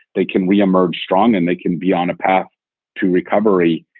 they can re-emerge strong and they can be on a path to recovery.